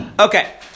Okay